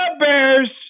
Bears